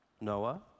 Noah